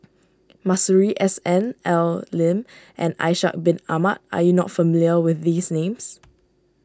Masuri S N Al Lim and Ishak Bin Ahmad are you not familiar with these names